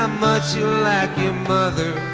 um but you're like your mother